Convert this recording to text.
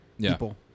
people